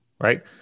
right